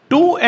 Two